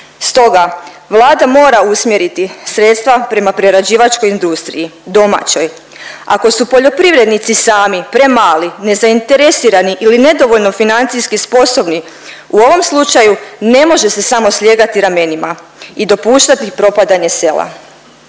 Stoga, Vlada mora usmjeriti sredstva prema prerađivačkoj industriji domaćoj, ako su poljoprivrednici sami premali, nezainteresirani ili nedovoljno financijski sposobni u ovom slučaju ne može se samo slijegati ramenima i dopuštati propadanje sela